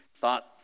thought